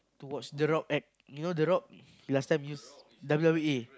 to watch the rock act you know the rock he last time use W_W_E